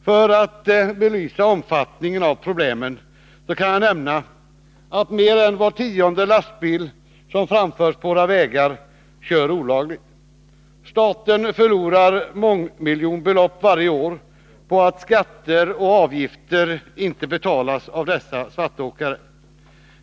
För att belysa omfattningen av problemen kan jag nämna att mer än var tionde lastbil som framförs på våra vägar kör olagligt. Staten förlorar mångmiljonbelopp varje år på att skatter och avgifter inte betalas av dessa svartåkare.